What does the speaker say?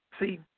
see